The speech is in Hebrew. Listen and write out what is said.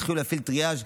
התחילו להפעיל טריאז',